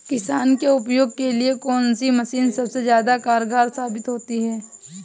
किसान के उपयोग के लिए कौन सी मशीन सबसे ज्यादा कारगर साबित होती है?